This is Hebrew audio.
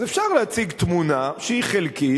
אז אפשר להציג תמונה שהיא חלקית,